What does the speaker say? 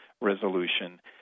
resolution